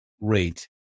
rate